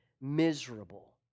miserable